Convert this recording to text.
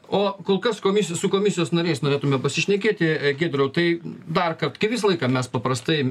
o kol kas komisija su komisijos nariais norėtume pasišnekėti giedriau tai darkart kai visą laiką mes paprastai